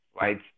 right